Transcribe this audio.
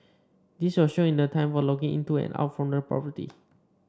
this was shown in the time for logging into and out from the property